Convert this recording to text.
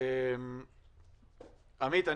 עמית,